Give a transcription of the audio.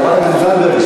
חברת הכנסת זנדברג,